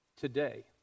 today